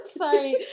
sorry